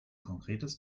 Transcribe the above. konkretes